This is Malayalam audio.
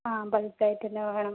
ആ ബൾക്കായിട്ട് തന്നെ വേണം